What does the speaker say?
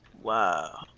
Wow